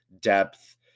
depth